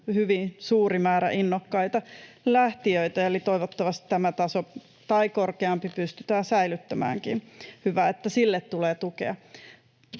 hyvin suuri määrä innokkaita lähtijöitä. Eli toivottavasti tämä tai korkeampi taso pystytään säilyttämäänkin. Hyvä, että sille tulee tukea.